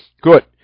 Good